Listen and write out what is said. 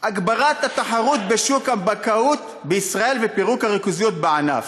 הגברת התחרות בשוק הבנקאות בישראל ופירוק הריכוזיות בענף.